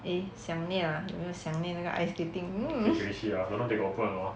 eh 想念 ah 有没有想念那个 ice skating mm